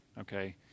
okay